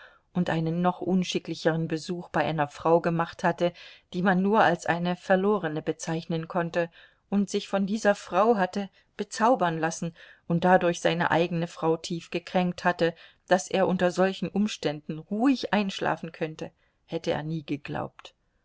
und einen noch unschicklicheren besuch bei einer frau gemacht hatte die man nur als eine verlorene bezeichnen konnte und sich von dieser frau hatte bezaubern lassen und dadurch seine eigene frau tief gekränkt hatte daß er unter solchen umständen ruhig einschlafen könnte hätte er nie geglaubt